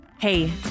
Hey